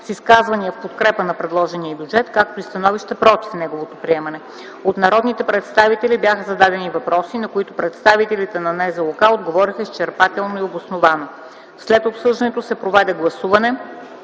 с изказвания в подкрепа на предложения бюджет, както и становища против неговото приемане. От народните представители бяха зададени въпроси, на които представителите на НЗОК отговориха изчерпателно и обосновано. След обсъждането се проведе гласуване,